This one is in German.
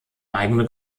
eigene